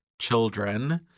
children